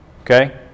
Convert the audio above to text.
okay